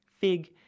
Fig